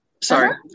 sorry